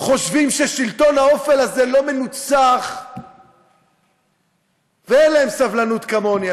חושבים ששלטון האופל לא מנוצח ואין להם סבלנות כמוני,